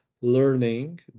learning